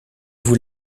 vous